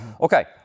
Okay